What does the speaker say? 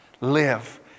Live